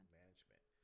management